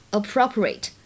appropriate